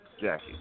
Jackie